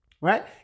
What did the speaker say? right